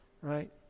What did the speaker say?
right